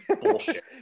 bullshit